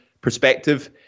perspective